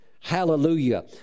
Hallelujah